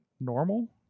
normal